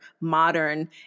modern